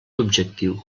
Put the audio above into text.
objectiu